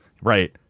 Right